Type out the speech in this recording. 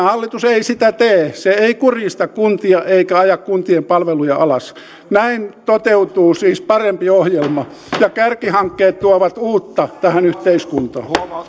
hallitus ei sitä tee se ei kurjista kuntia eikä aja kuntien palveluja alas näin toteutuu siis parempi ohjelma ja kärkihankkeet tuovat uutta tähän yhteiskuntaan